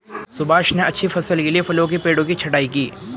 सुभाष ने अच्छी फसल के लिए फलों के पेड़ों की छंटाई की